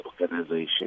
organization